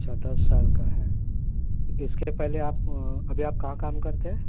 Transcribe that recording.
اچھا دس سال کا ہے اس کے پہلے آپ ابھی آپ کہاں کام کرتے ہیں